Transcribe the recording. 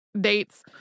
dates